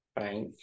right